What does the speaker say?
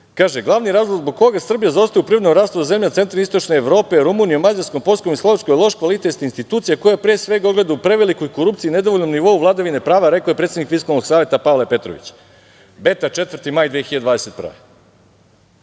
Kaže – glavni razlog zbog koga Srbija zaostaje u privrednom rastu zemljama centralne, istočne Evrope, Rumunijom, Mađarskom, Poljskom i Slovačkom, loš kvalitet institucija koja se pre svega ogleda u prevelikoj korupciji, nedovoljnom nivou vladavine prava, rekao je predsednik Fiskalnog saveta, Pavle Petrović, Beta, 4. maj 2021.